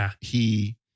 he-